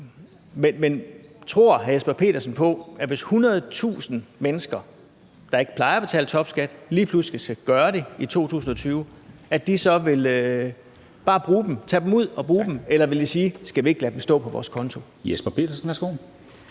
Men tror hr. Jesper Petersen på, at de 100.000 mennesker, der ikke plejer at betale topskat, men lige pludselig skal gøre det i 2020, så bare vil tage dem ud og bruge dem? Eller vil de sige: Skal vi ikke lade dem stå på vores konto? Kl.